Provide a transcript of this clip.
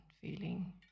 feeling